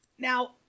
Now